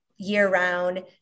year-round